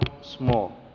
small